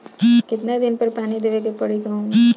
कितना दिन पर पानी देवे के पड़ी गहु में?